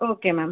okay ma'am